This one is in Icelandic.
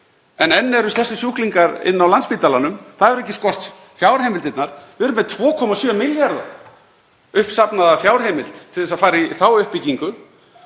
En enn eru þessir sjúklingar inni á Landspítalanum. Það hefur ekki skort fjárheimildirnar. Við erum með 2,7 milljarða kr. uppsafnaða fjárheimild til þess að fara í þá uppbyggingu.